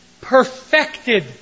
perfected